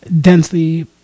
densely